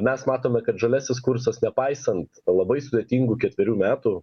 mes matome kad žaliasis kursas nepaisant labai sudėtingų ketverių metų